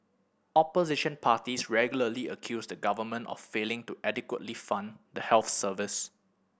opposition parties regularly accuse the government of failing to adequately fund the health service